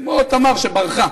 כמו תמר שברחה,